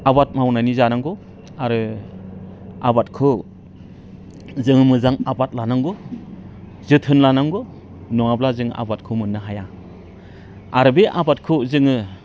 आबाद मावनानै जानांगौ आरो आबादखौ जोङो मोजां आबाद लानांगौ जोथोन लानांगौ नङाब्ला जों आबादखौ मोननो हाया आरो बे आबादखौ जोङो